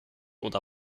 oder